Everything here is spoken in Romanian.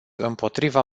împotriva